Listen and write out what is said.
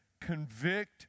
convict